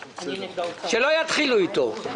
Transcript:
גפני,